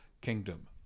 Kingdom